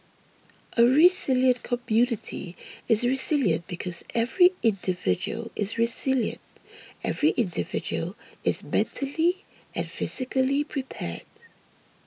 a resilient community is resilient because every individual is resilient every individual is mentally and physically prepared